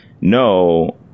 no